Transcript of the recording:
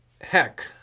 heck